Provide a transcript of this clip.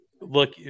Look